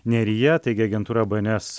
neryje teigia agentūra bns